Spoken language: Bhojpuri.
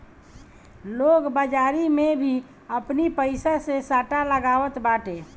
लोग बाजारी में भी आपनी पईसा से सट्टा लगावत बाटे